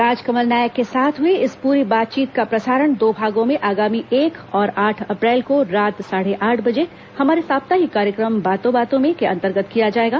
राजकमल नायक के साथ हई इस पूरी बातचीत का प्रसारण दो भागों में आगामी एक और आठ अप्रैल को रात साढ़े आठ बजे हमारे साप्ताहिक कार्यक्रम बातों बातों में के अंतर्गत किया जाएगा